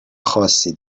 خاصی